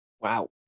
Wow